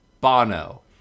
Bono